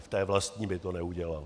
V té vlastní by to neudělal.